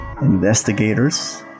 investigators